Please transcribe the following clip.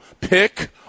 pick